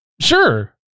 Sure